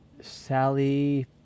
Sally